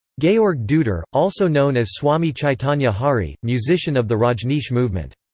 georg deuter, also known as swami chaitanya hari, musician of the rajneesh movement.